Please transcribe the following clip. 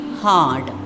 hard